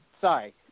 sorry